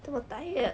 这么 tired